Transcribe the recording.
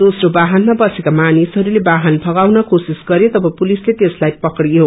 दोघ्रो वाहनमा बसेका मानिसहरूले वाहन भगाउन कोशिश गर्यो तब पुलिसले त्यसलाई पकड़ियो